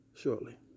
shortly